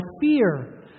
fear